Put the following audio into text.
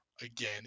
again